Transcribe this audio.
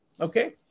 Okay